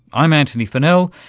i'm antony funnell,